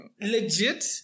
legit